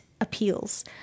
appeals